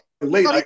late